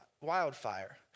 wildfire